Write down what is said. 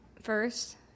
first